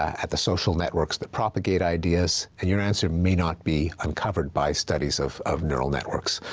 at the social networks that propagate ideas, and your answer may not be uncovered by studies of of neural networks,